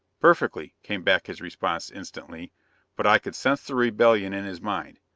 perfectly, came back his response instantly but i could sense the rebellion in his mind.